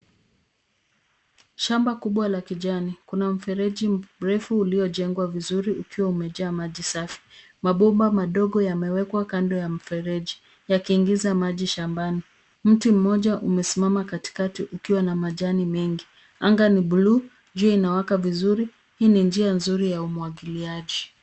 Shamba kubwa la kijani. Kuna mfereji mrefu uliojengwa vizuri ukiwa umejaa maji safi. Mabomba madogo yamewekwa kando ya mfereji yakiingiza maji shambani. Mtu mmoja umesimama katikati ukiwa na majani mengi. Anga ni buluu, jua linawaka vizuri. Hii ni njia nzuri ya umwagiliaji .